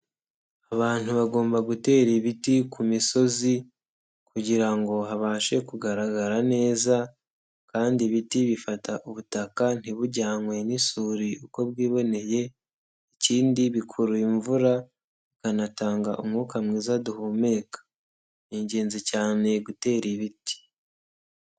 Abantu bagomba gutera ibiti ku misozi kugira ngo habashe kugaragara neza kandi ibiti bifata ubutaka ntibujyanwe n'isuri uko bwiboneye, ikindi bikurura imvura bikanatanga umwuka mwiza duhumeka. Ni ingenzi cyane gutera ibiti.